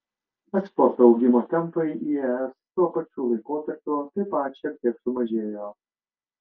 eksporto augimo tempai į es tuo pačiu laikotarpiu taip pat šiek tiek sumažėjo